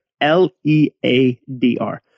L-E-A-D-R